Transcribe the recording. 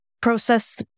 process